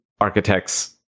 architect's